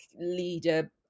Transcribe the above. leader